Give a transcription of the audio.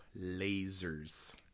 Lasers